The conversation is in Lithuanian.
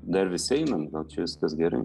dar vis einam gal čia viskas gerai